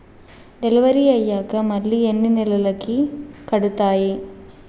Delivery అయ్యాక మళ్ళీ ఎన్ని నెలలకి కడుతాయి?